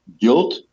guilt